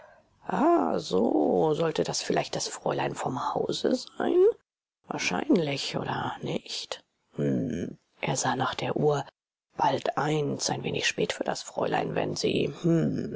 so sollte das vielleicht das fräulein vom hause sein wahrscheinlich oder nicht hm er sah nach der uhr bald eins ein wenig spät für das fräulein wenn sie